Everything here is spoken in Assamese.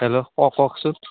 হেল্ল' অঁ কওকচোন